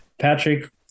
Patrick